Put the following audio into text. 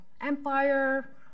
Empire